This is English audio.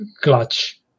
clutch